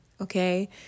okay